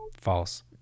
False